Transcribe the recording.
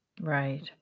Right